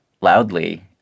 loudly